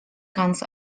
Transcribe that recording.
ganz